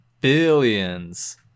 billions